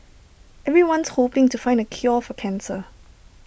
everyone's hoping to find the cure for cancer